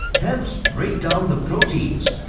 helps break down the protiens.